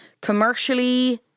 commercially